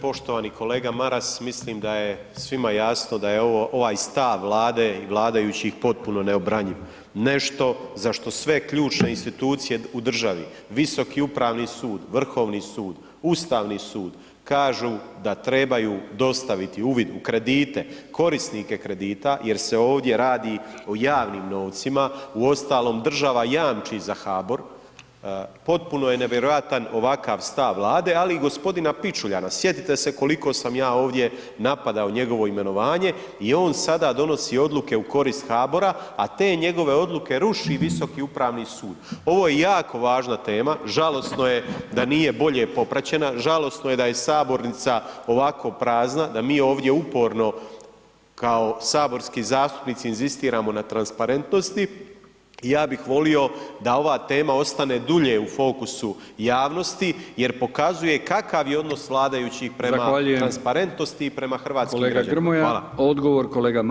Poštovani kolega Maras, mislim da je svima jasno da je ovaj stav Vlade i vladajuće potpuno neobranjiv, nešto za što sve ključne institucije u državi, Visoki upravni sud, Vrhovni usud, Ustavni sud, kažu da trebaju dostaviti uvid u kredite, korisnike kredite jer se ovdje radi o javnim novcima, uostalom država jamči za HBOR, potpuno je nevjerojatan ovakav stav Vlade ali i g. Pičuljana, sjetite se koliko sam ja ovdje napadao njegovo imenovanje i on sada donosi odluke u korist HBOR-a, a te njegove odluke ruši Visoki upravni sud, ovo je jako važna tema, žalosno je da nije bolje popraćena, žalosno je da je sabornica ovako prazna, da mi ovdje uporno kao saborski zastupnici inzistiramo na transparentnosti, ja bih volio da ova tema ostane dulje u fokusu javnosti jer pokazuje kakav je odnos vladajućih prema [[Upadica: Zahvaljujem…]] transparentnosti i prema [[Upadica: …kolega Grmoja]] hrvatskim građanima.